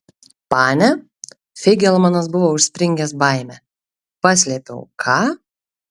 pane feigelmanas buvo užspringęs baime paslėpiau ką